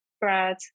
Brad